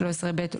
(13ב),